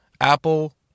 apple